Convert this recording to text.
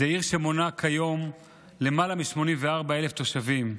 זאת עיר שמונה כיום למעלה מ-84,000 תושבים.